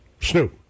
Snoop